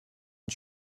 und